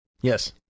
Yes